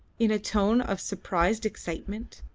in a tone of suppressed excitement.